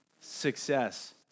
Success